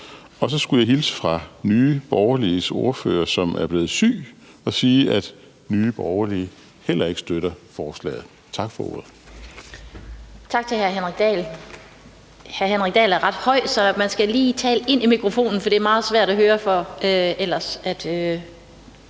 Og så skulle jeg hilse fra Nye Borgerliges ordfører, som er blevet syg, og sige, at Nye Borgerlige heller ikke støtter forslaget. Tak for ordet. Kl. 17:10 Den fg. formand (Annette Lind): Tak til hr. Henrik Dahl. Hr. Henrik Dahl er ret høj, så man skal lige tale ind i mikrofonen, for ellers er det meget svært at høre for folk,